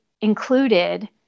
included